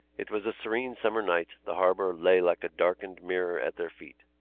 it was a serene summer night the harbour lay like a darkened mirror at their feet.